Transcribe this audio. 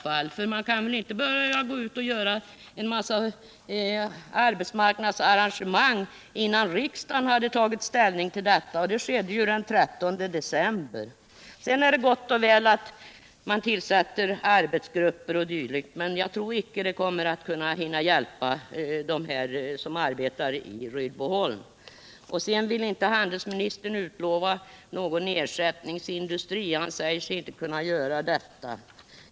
För man kan väl inte gå ut med en mängd arbetsmarknadsarrangemang innan riksdagen tagit ställning till detta? Det skedde ju den 13 december. Sedan är det visserligen gott och väl att man tillsätter arbetsgrupper o. d., men jag tror inte att de hinner hjälpa dem som arbetar i Rydboholm. Handelsministern ville inte utlova någon ersättningsindustri — han säger sig inte kunna göra det.